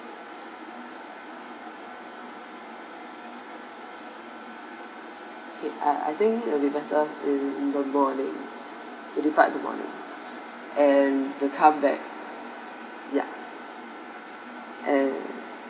K I I think it would be better in the morning it depart in the morning and to come back ya and